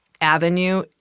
avenue